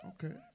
Okay